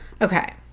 Okay